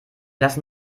lassen